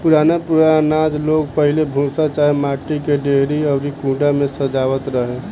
पुरान पुरान आनाज लोग पहिले भूसा चाहे माटी के डेहरी अउरी कुंडा में संजोवत रहे